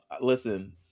listen